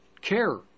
care